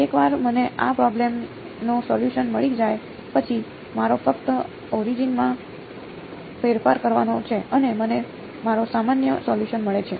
એકવાર મને આ પ્રોબ્લેમ નો સોલ્યુસન મળી જાય પછી મારે ફક્ત ઓરિજિન માં ફેરફાર કરવાનો છે અને મને મારો સામાન્ય સોલ્યુસન મળે છે